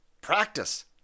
Practice